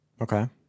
Okay